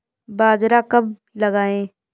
बाजरा कब लगाएँ?